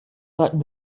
sollten